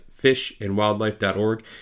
fishandwildlife.org